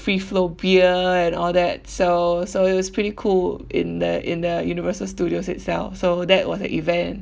free flow beer and all that so so it was pretty cool in the in the universal studios itself so that was the event